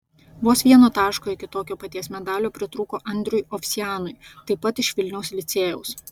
vos vieno taško iki tokio paties medalio pritrūko andriui ovsianui taip pat iš vilniaus licėjaus